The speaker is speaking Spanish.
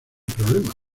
problema